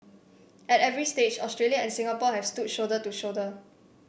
at every stage Australia and Singapore have stood shoulder to shoulder